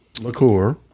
liqueur